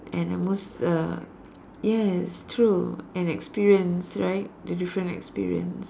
and the most uh yes true and experience right the different experience